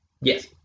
Yes